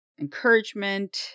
encouragement